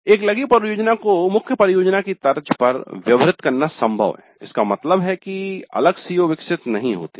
एक लघु परियोजना को मुख्य परियोजना की तर्ज पर व्यवहृत करना संभव है इसका मतलब है कि अलग CO विकसित नहीं होते हैं